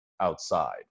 outside